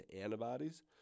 antibodies